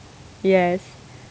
yes